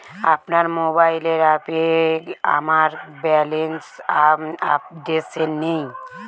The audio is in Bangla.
আমার মোবাইল অ্যাপে আমার ব্যালেন্স আপডেটেড নেই